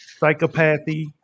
psychopathy